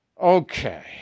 Okay